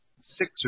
six